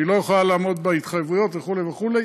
שהיא לא יכולה לעמוד בהתחייבויות, וכו' וכו'.